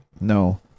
no